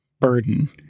burden